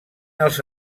els